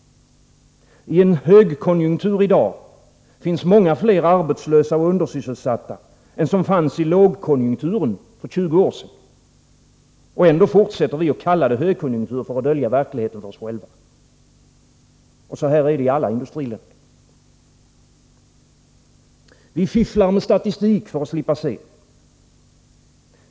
I en högkonjunktur i dag finns många fler arbetslösa och undersysselsatta än som fanns i lågkonjunkturen för 20 år sedan — och ändå fortsätter vi att kalla det högkonjunktur för att dölja verkligheten för oss själva. Och så här är det i alla industriländer. Vi fifflar med statistik för att slippa se.